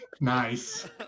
Nice